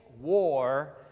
war